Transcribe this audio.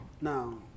Now